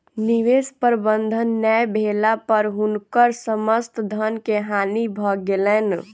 निवेश प्रबंधन नै भेला पर हुनकर समस्त धन के हानि भ गेलैन